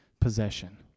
possession